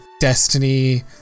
Destiny